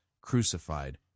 crucified